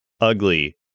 ugly